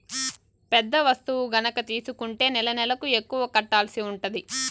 పెద్ద వస్తువు గనక తీసుకుంటే నెలనెలకు ఎక్కువ కట్టాల్సి ఉంటది